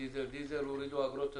הורידו אגרות,